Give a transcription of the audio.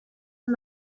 are